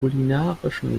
kulinarischen